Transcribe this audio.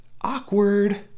awkward